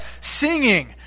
singing